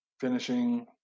finishing